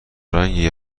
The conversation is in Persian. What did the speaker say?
رنگی